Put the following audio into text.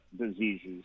diseases